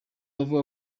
avuga